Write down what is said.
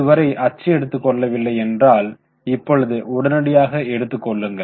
இதுவரை அச்சு எடுத்துக் கொள்ளவில்லை என்றால் இப்பொழுது உடனடியாக எடுத்துக் கொள்ளவும்